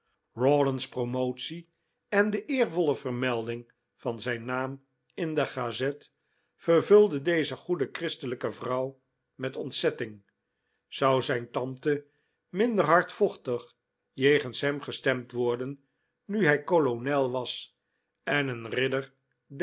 rawdon's promotie en de eervolle vermelding van zijn naam in de gazette vervulden deze goede christelijke vrouw met ontzetting zou zijn tante minder hardvochtig jegens hem gestemd worden nu hij kolonel was en een ridder